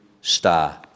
star